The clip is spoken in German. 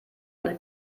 eine